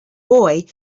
boy